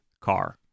car